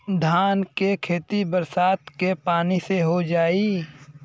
धान के खेती बरसात के पानी से हो जाई?